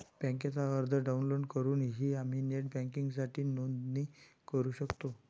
बँकेचा अर्ज डाउनलोड करूनही आम्ही नेट बँकिंगसाठी नोंदणी करू शकतो